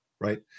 right